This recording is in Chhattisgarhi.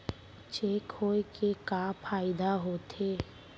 चेक होए के का फाइदा होथे?